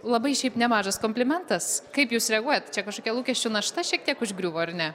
labai šiaip nemažas komplimentas kaip jūs reaguojat čia kažkokia lūkesčių našta šiek tiek užgriuvo ar ne